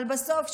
אבל בסוף,